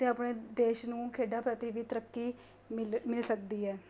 ਅਤੇ ਆਪਣੇ ਦੇਸ਼ ਨੂੰ ਖੇਡਾਂ ਪ੍ਰਤੀ ਵੀ ਤਰੱਕੀ ਮਿਲ ਮਿਲ ਸਕਦੀ ਹੈ